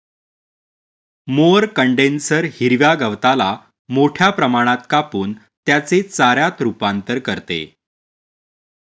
mower condenser हिरव्या गवताला मोठ्या प्रमाणात कापून त्याचे चाऱ्यात रूपांतर करते